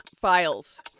files